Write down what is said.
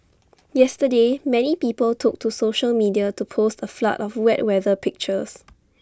yesterday many people took to social media to post A flood of wet weather pictures